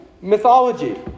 mythology